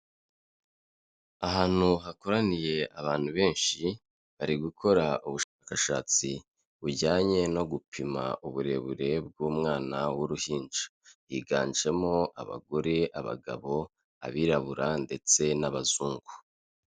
Ahantu hakoraniye abantu benshi bari gukora ubushakashatsi bujyanye no gupima uburebure bw'umwana w'uruhinja, higanjemo abagore, abagabo, abirabura ndetse n'abazungu.